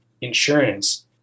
insurance